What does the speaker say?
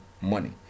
money